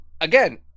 again